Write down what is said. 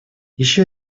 еще